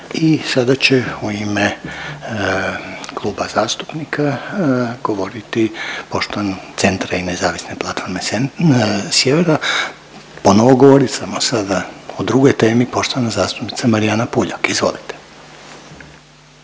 i sada će u ime Kluba zastupnika govoriti poštovana, Centra i Nezavisne platforme Sjevera, ponovo govorit samo sada o drugoj temi poštovana zastupnica Marijana Puljak, izvolite.